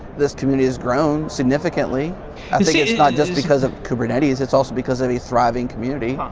this community has grown significantly i think it's not just because of kubernetes, it's also because of a thriving community.